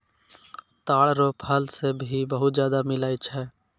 ताड़ रो फल से भी बहुत ज्यादा मिलै छै